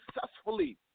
successfully